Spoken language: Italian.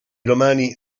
romani